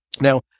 Now